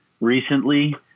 recently